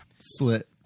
slit